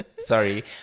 sorry